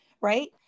right